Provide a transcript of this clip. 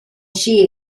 she